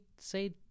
say